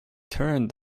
turned